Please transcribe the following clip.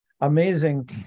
amazing